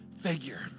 figure